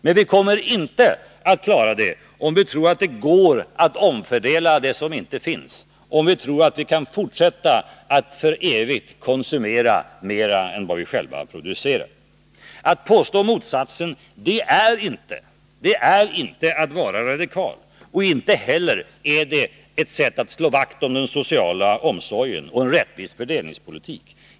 Men vi kommer inte att klara det om vi tror att det går att omfördela det som inte finns eller om vi tror att vi för evigt kan fortsätta att konsumera mer än vi själva producerar. Att påstå motsatsen är inte att vara radikal, och inte heller är det ett sätt att slå vakt om den sociala omsorgen och en rättvis fördelningspolitik.